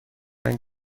and